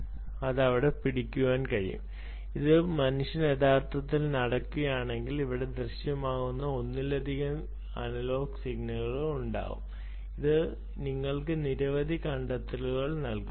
അവൾക്ക് അത് അവിടെ പിടിക്കാൻ കഴിയും ഒരു മനുഷ്യൻ യഥാർത്ഥത്തിൽ നടക്കുകയാണെങ്കിൽ ഇവിടെ ദൃശ്യമാകുന്ന ഒന്നിലധികം അനലോഗ് സിഗ്നലുകൾ ഉണ്ടാകും അത് നിങ്ങൾക്ക് നിരവധി കണ്ടെത്തലുകൾ നൽകും